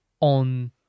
on